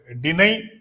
Deny